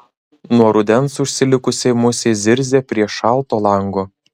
nuo rudens užsilikusi musė zirzia prie šalto lango